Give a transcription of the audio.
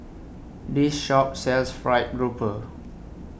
This Shop sells Fried Grouper